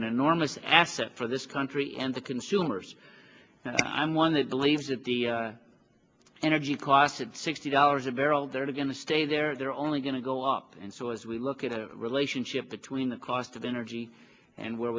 an enormous asset for this country and the consumers i'm one that believes that the energy cost sixty dollars a barrel they're going to stay there they're only going to go up and so as we look at the relationship between the cost of energy and where